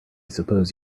suppose